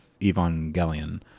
Evangelion